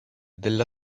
della